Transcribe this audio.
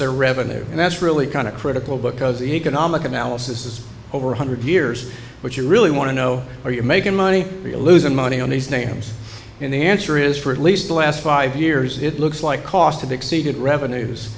their revenue and that's really kind of critical because economic analysis is over one hundred years but you really want to know are you making money be losing money on these names in the answer is for at least the last five years it looks like cost of exceeded revenues